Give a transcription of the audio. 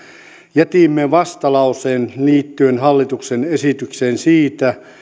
jätimme vastalauseen liittyen hallituksen esitykseen siitä